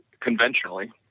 conventionally